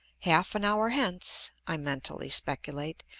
half an hour hence, i mentally speculate,